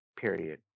Period